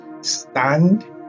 Stand